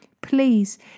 Please